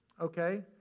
Okay